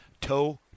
Toe